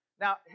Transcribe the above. Now